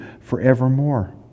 forevermore